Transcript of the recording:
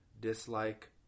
dislike